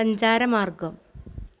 സഞ്ചാരമാര്ഗ്ഗം